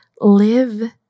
Live